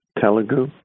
telugu